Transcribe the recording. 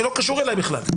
שלא קשור אליי בכלל.